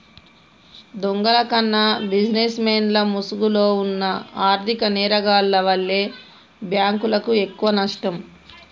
దొంగల కన్నా బిజినెస్ మెన్ల ముసుగులో వున్న ఆర్ధిక నేరగాల్ల వల్లే బ్యేంకులకు ఎక్కువనష్టం